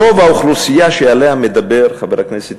רוב האוכלוסייה שעליה מדבר חבר הכנסת